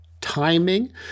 timing